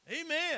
Amen